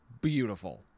Beautiful